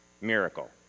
miracle